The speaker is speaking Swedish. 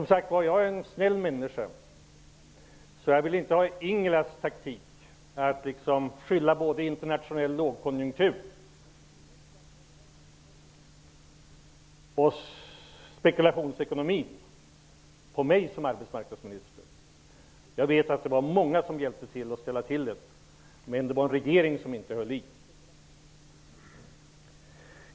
Jag är en snäll människa och vill inte bli utsatt för Ingela Thaléns taktik där hon skyller internationell lågkonjunktur och spekulationsekonomi på mig som arbetsmarknadsminister. Jag vet att det var många som hjälpte till med att ställa till det, men regeringen höll inte i.